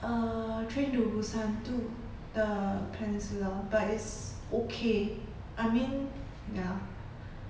err train to busan two the peninsula but it's okay I mean ya